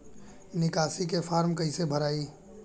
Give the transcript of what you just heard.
निकासी के फार्म कईसे भराई?